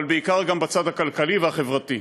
אבל בעיקר גם בצד הכלכלי והחברתי.